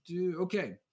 Okay